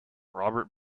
robert